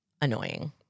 annoying